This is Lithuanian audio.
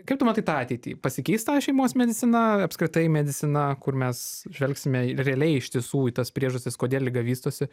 kaip tu matai tą ateitį pasikeis ta šeimos medicina apskritai medicina kur mes žvelgsime realiai iš tiesų į tas priežastis kodėl liga vystosi